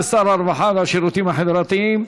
תודה לשר הרווחה והשירותים החברתיים,